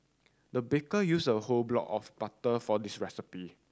the baker used a whole block of butter for this recipe